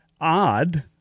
odd